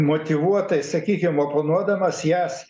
motyvuotai sakykim oponuodamas jas